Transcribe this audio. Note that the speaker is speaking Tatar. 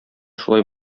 шулай